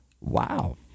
Wow